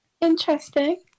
interesting